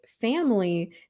family